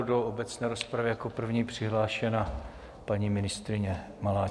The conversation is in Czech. Do obecné rozpravy je jako první přihlášena paní ministryně Maláčová.